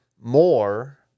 more